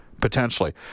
Potentially